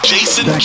Jason